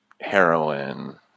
heroin